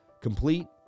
complete